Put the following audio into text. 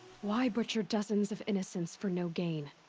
why butcher dozens of innocents for no gain?